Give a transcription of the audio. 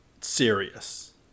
serious